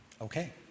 Okay